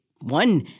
one